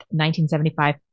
1975